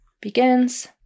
begins